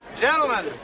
Gentlemen